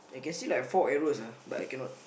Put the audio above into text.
I can see like four arrows ah but I cannot